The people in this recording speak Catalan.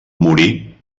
morí